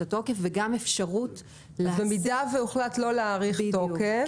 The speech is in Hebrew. התוקף וגם אפשרות --- במידה והוחלט לא להאריך תוקף.